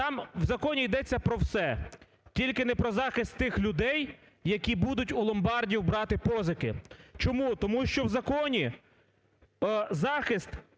Там в законі ідеться про все, тільки не про захист тих людей, які будуть у ломбардів брати позики. Чому? Тому що в законі захист